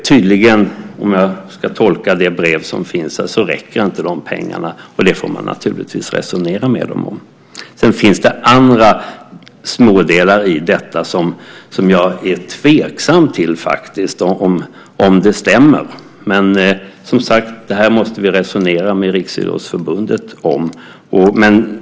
Tydligen - om jag ska tolka det brev som finns här - räcker inte de pengarna. Om det får man naturligtvis resonera med dem. Sedan finns det andra smådelar i detta, och där är jag faktiskt tveksam om det stämmer. Men om det här måste vi, som sagt, resonera med Riksidrottsförbundet.